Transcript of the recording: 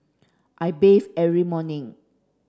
I bathe every morning